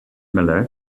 miller